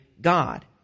God